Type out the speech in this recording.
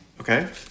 Okay